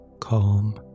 calm